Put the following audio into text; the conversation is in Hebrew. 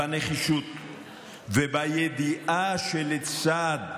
בנחישות ובידיעה שלצד נחישות,